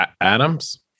Adams